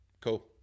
cool